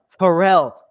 Pharrell